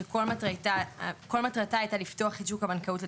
שכל מטרתה הייתה לפתוח את שוק הבנקאות לתחרות.